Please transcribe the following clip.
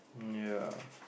ya